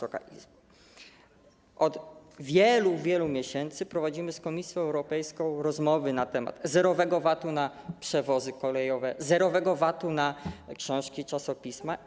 Od wielu, wielu miesięcy prowadzimy z Komisją Europejską rozmowy na temat zerowego VAT-u na przewozy kolejowe, zerowego VAT-u na książki, czasopisma.